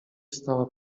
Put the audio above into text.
stała